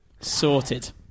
Sorted